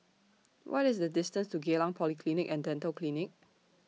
What IS The distance to Geylang Polyclinic and Dental Clinic